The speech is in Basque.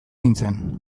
nintzen